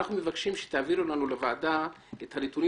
אנחנו מבקשים שתעבירו לוועדה את הנתונים